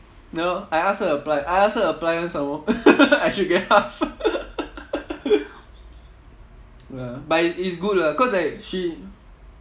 ya lor I ask her apply I ask her apply [one] some more I should get half no lah but it's it's good lah cause like she